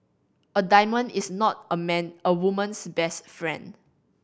a diamond is not a man a woman's best friend